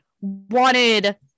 wanted